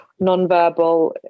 nonverbal